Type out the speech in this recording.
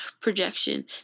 projection